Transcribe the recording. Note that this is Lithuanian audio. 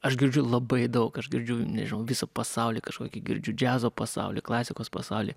aš girdžiu labai daug aš girdžiu nežinau visą pasaulį kažkokį girdžiu džiazo pasaulį klasikos pasaulį